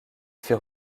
fit